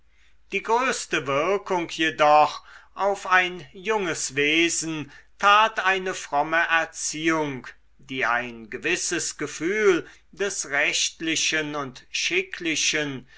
die größte wirkung jedoch auf ein junges wesen tat eine fromme erziehung die ein gewisses gefühl des rechtlichen und schicklichen